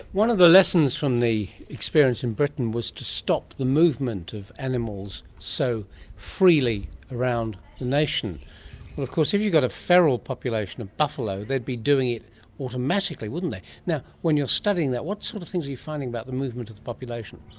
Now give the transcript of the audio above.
one of the lessons from the experience in britain was to stop the movement of animals so freely around the nation. well of course if you've got a feral population of buffalo, they'd be doing it automatically, wouldn't they? now when you're studying that, what sort of things are you finding about the movement of the population?